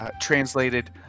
Translated